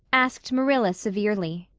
asked marilla severely.